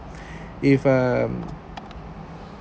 if um